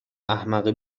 احمق